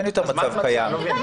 אין יותר מצב קיים.